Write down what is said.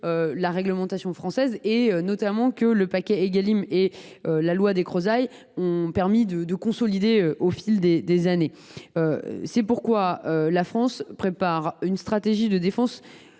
la réglementation française, que le paquet Égalim et la loi Descrozaille, notamment, ont permis de consolider au fil des années. C’est pourquoi la France prépare une stratégie de défense